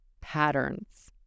patterns